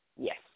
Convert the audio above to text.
yes